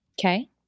Okay